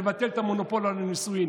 נבטל את המונופול הנישואים.